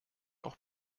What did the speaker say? auch